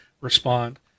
respond